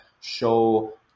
show